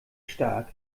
stark